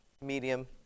medium